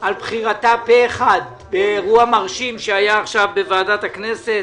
על בחירתה פה אחד באירוע מרשים שהיה עכשיו בוועדת הכנסת.